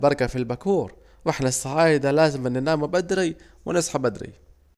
البركة في البكور، واحنا الصعايدة لازم نناموا بدري ونصحوا بدري